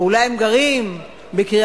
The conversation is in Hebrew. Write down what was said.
אולי הם גרים בקריית-ארבע,